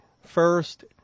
first